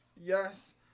yes